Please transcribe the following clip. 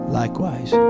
likewise